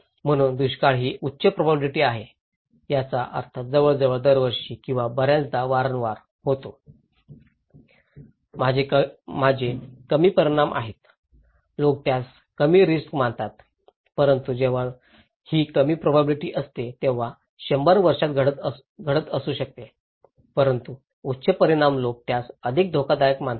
म्हणून दुष्काळ ही उच्च प्रोबॅबिलिटी आहे याचा अर्थ जवळजवळ दरवर्षी किंवा बर्याचदा वारंवार माझे कमी परिणाम आहेत लोक त्यास कमी रिस्क मानतात परंतु जेव्हा ही कमी प्रोबॅबिलिटी असते तेव्हा 100 वर्षांत घडत असू शकते परंतु उच्च परिणाम लोक त्यास अधिक धोकादायक मानतात